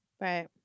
Right